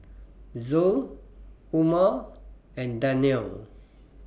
Zul Umar and Danial